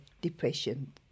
depression